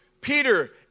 Peter